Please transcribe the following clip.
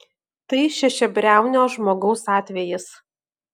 tai šešiabriaunio žmogaus atvejis